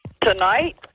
Tonight